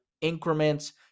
increments